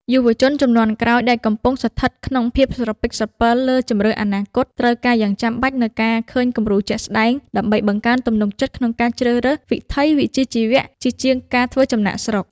យុវជនជំនាន់ក្រោយដែលកំពុងស្ថិតក្នុងភាពស្រពិចស្រពិលលើជម្រើសអនាគត ត្រូវការយ៉ាងចាំបាច់នូវការឃើញគំរូជាក់ស្ដែង ដើម្បីបង្កើនទំនុកចិត្តក្នុងការជ្រើសរើសវិថីវិជ្ជាជីវៈជាជាងការធ្វើចំណាកស្រុក។